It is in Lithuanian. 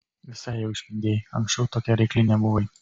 visai jau išpindėjai anksčiau tokia reikli nebuvai